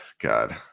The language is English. God